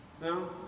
No